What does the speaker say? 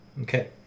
Okay